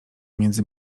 między